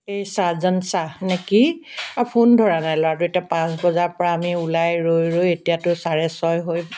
এই চাজান শ্ৱাহ নে কি ফোন ধৰা নাই ল'ৰাটোৱে এতিয়া পাঁচ বজাৰ পৰা আমি ওলাই ৰৈ ৰৈ এতিয়াতো চাৰে ছয় হৈ